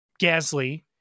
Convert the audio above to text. Gasly